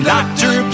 Doctor